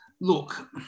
Look